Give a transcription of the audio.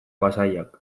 pasaiak